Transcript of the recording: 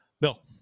Bill